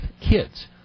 kids